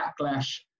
backlash